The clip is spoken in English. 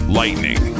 lightning